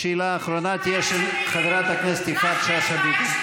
שאלה אחרונה תהיה של חברת הכנסת יפעת שאשא ביטון.